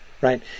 right